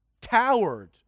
Towered